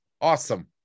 Awesome